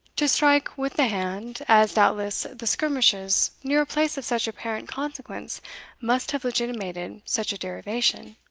to strike with the hand, as doubtless the skirmishes near a place of such apparent consequence must have legitimated such a derivation,